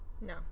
No